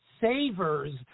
savers